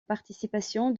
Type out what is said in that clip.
participation